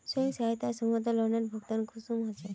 स्वयं सहायता समूहत लोनेर भुगतान कुंसम होचे?